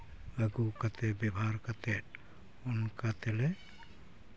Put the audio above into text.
ᱟᱹᱜᱩ ᱠᱟᱛᱮᱫ ᱵᱮᱵᱷᱟᱨ ᱠᱟᱛᱮᱫ ᱚᱱᱠᱟ ᱛᱮᱞᱮ